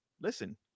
listen –